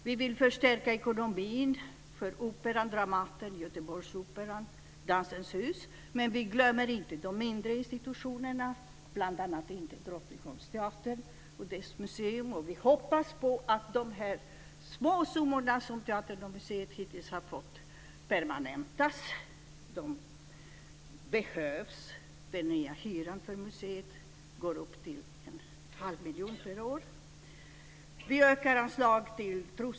Vi vill förstärka ekonomin för Operan, Dramaten, Göteborgsoperan och Dansens hus. Men vi glömmer inte de mindre institutionerna, bl.a. inte Drottningholmsteatern och dess museum. Vi hoppas att de små summor som teatern och museet hittills har fått permanentas. Pengarna behövs. Den nya hyran för museet uppgår till 1⁄2 miljon per år.